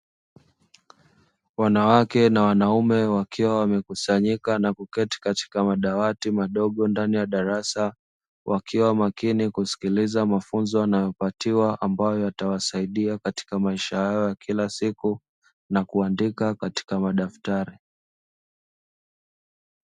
Wanawake na wanaume wakiwa wamekusanyika na kuketi katika madawati madogo ndani ya darasa wakiwa makini kusikiliza mafunzo wanayopatiwa ambayo yatawasaidia katika maisha yao ya kila siku na kuandika katika madaftari.